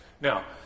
now